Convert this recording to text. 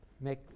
make